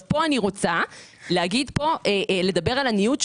לגבי הניוד,